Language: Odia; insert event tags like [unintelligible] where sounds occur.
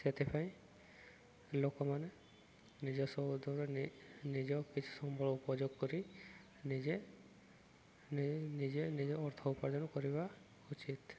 ସେଥିପାଇଁ ଲୋକମାନେ ନିଜ [unintelligible] ନିଜ କିଛି ସମ୍ବଳ ଉପଯୋଗ କରି ନିଜେ ନିଜେ ନିଜ ଅର୍ଥ ଉପାର୍ଜନ କରିବା ଉଚିତ